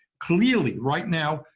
clearly, right now,